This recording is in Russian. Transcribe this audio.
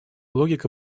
логика